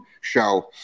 show